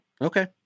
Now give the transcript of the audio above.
okay